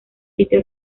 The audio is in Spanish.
sitio